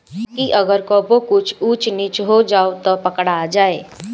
ताकि अगर कबो कुछ ऊच नीच हो जाव त पकड़ा जाए